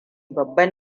babban